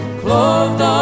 clothed